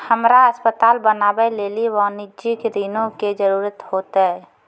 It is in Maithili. हमरा अस्पताल बनाबै लेली वाणिज्यिक ऋणो के जरूरत होतै